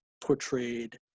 portrayed